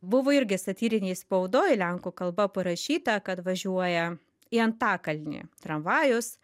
buvo irgi satyrinėj spaudoj lenkų kalba parašyta kad važiuoja į antakalnį tramvajus